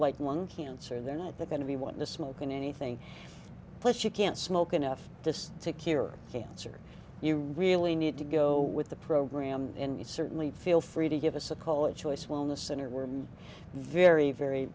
like lung cancer they're not they're going to be want to smoke in anything place you can't smoke enough just to cure cancer you really need to go with the program and you certainly feel free to give us a call it choice wellness center were very very